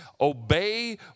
obey